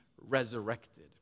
resurrected